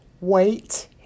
wait